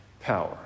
power